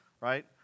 right